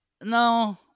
No